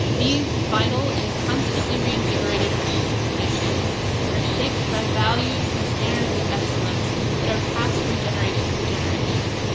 these vital and constantly reinvigorated artistic traditions are shaped by values and standards of excellence that are passed from generation to generation,